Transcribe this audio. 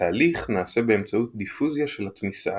התהליך נעשה באמצעות דיפוזיה של התמיסה